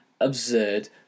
absurd